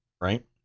right